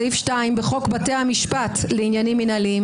סעיף 2 בחוק בתי המשפט לעניינים מינהליים